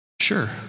Sure